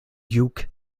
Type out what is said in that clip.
duke